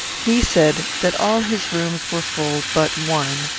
he said that all his rooms were full but one,